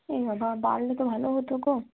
এবাবা বাড়লে তো ভালো হতো গো